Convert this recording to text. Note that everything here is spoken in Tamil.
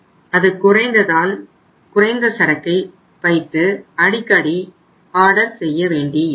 அது குறைந்ததால் குறைந்த சரக்கை வைத்து அடிக்கடி ஆர்டர் செய்ய வேண்டியிருக்கும்